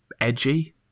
edgy